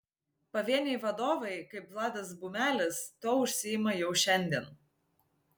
pavieniai vadovai kaip vladas bumelis tuo užsiima jau šiandien